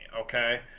okay